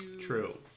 true